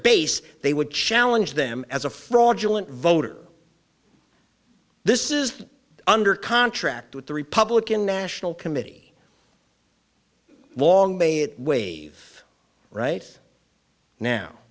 base they would challenge them as a fraudulent voter this is under contract with the republican national committee long may it wave right now